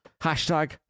Hashtag